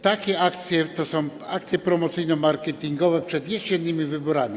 Takie akcje to są akcje promocyjno-marketingowe przed jesiennymi wyborami.